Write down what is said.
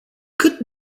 cât